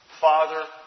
Father